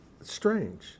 strange